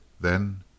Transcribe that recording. Then